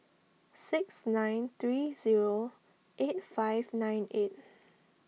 six nine three zero eight five nine eight